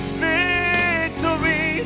victory